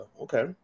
Okay